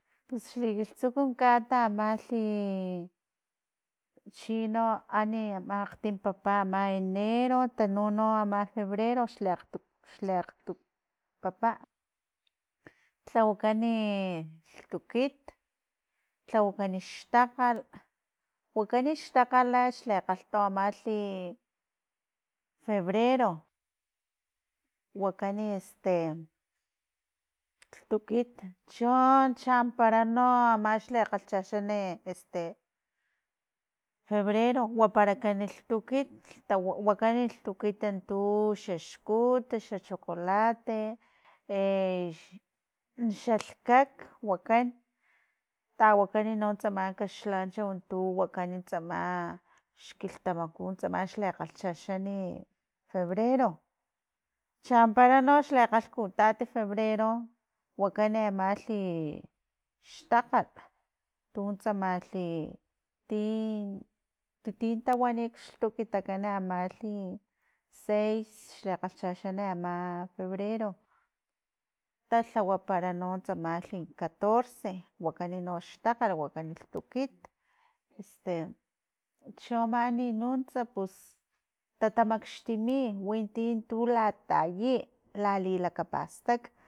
Pus xli kiltsukut kat amalhi ichino ani ama akgtim papa ama enero, tanu no ama febrero xli akgtu- xli akgtu papa, tlawakani e lhtukit lhawakan xtakgal, wakan xtakgal xle kgalhto amalhi febrero, wakan "este" lhtukit cho- cho ampara no amaxli kgalhchaxan "este" febrero waparakan e lhtukit ta- wakan lhtukit tu xa xkut xa chocolate e xalhkak wakan tawakani no tsama kaxlancho tu wakan tsama xkilhtamaku tsama xle kgalhchaxan febrero, champara no xle kgalkutat febrero, wakani amalhi i xtakgal tuntsamalh ti ti- tin tawani xlhtukitakan amalhi seis xli kgalhchaxani ama febrero, talhawapara no tsamalhi catorce wakani no xtakgal wakani lhtukit, "este" cho mani nuntsa pus tatamakxtimi winti tu latayi lali lakapastak.